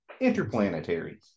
interplanetary